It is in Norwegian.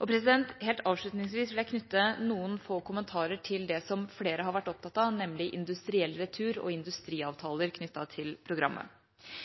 Helt avslutningsvis vil jeg knytte noen få kommentarer til det som flere har vært opptatt av, nemlig industriell retur og industriavtaler knyttet til programmet.